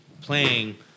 playing